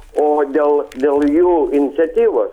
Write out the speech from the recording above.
o dėl dėl jų iniciatyvos